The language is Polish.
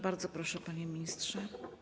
Bardzo proszę, panie ministrze.